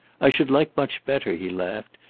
i should like much better, he laughed,